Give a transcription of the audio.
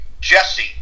jesse